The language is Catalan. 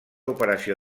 operació